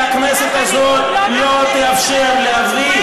כי הכנסת הזאת לא תאפשר להביא,